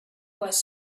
was